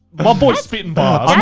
my boy's spitting bars. yeah